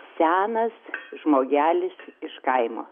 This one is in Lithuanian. senas žmogelis iš kaimo